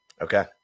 Okay